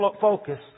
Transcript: focus